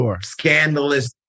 scandalous